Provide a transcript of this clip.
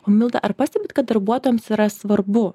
o milda ar pastebit kad darbuotojams yra svarbu